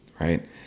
right